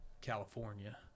California